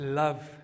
love